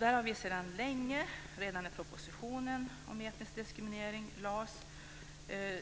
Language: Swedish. Där har vi sedan länge, redan när propositionen om etnisk diskriminering lades fram,